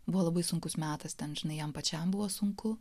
buvo labai sunkus metas ten žinai jam pačiam buvo sunku